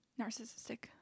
narcissistic